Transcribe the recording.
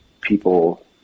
people